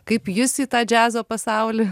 kaip jis į tą džiazo pasaulį